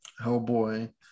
Hellboy